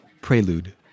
Prelude